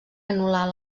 anul·lar